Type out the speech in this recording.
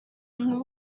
nko